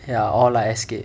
ya all like escape